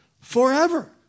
forever